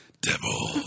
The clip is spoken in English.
Devil